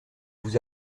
vous